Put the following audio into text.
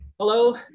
Hello